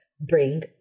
bring